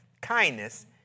kindness